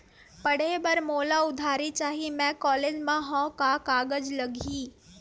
पढ़े बर मोला उधारी चाही मैं कॉलेज मा हव, का कागज लगही?